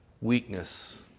weakness